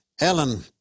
Ellen